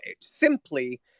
simply